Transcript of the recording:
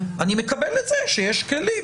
אני מקבל את זה שיש כלים,